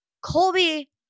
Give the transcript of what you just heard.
Colby